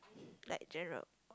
like general